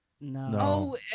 No